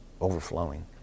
overflowing